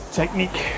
technique